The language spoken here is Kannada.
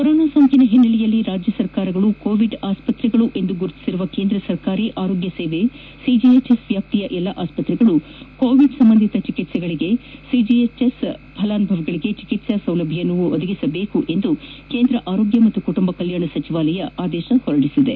ಕೊರೊನಾ ಸೋಂಕಿನ ಹಿನ್ನೆಲೆಯಲ್ಲಿ ರಾಜ್ಯ ಸರ್ಕಾರಗಳು ಕೋವಿಡ್ ಆಸ್ಪತ್ರೆಗಳು ಎಂದು ಗುರುತಿಸಿರುವ ಕೇಂದ್ರ ಸರ್ಕಾರಿ ಆರೋಗ್ಯ ಸೇವೆ ಸಿಜಿಎಚ್ಎಸ್ ವ್ಯಾಪ್ತಿಯ ಎಲ್ಲಾ ಆಸ್ಪತ್ರೆಗಳು ಕೋವಿಡ್ ಸಂಬಂಧಿತ ಚಿಕಿತ್ಸೆಗಳಿಗೆ ಸಿಜಿಎಚ್ಎಸ್ ಫಲಾನುಭವಿಗಳಿಗೆ ಚಿಕಿತ್ಸೆ ಸೌಲಭ್ಯ ಒದಗಿಸಬೇಕು ಎಂದು ಕೇಂದ್ರ ಆರೋಗ್ಯ ಮತ್ತು ಕುಟುಂಬ ಕಲ್ಯಾಣ ಸಚಿವಾಲಯ ಆದೇಶವನ್ನು ಹೊರಡಿಸಿದೆ